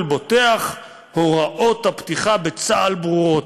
בוטח: הוראות הפתיחה בצה"ל ברורות.